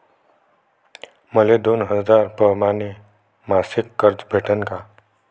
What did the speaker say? मले दोन हजार परमाने मासिक कर्ज कस भेटन?